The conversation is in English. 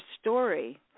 story